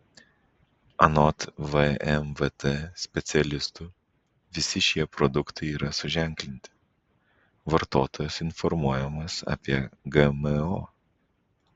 anot vmvt specialistų visi šie produktai yra suženklinti vartotojas informuojamas apie gmo